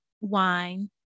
wine